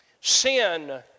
Sin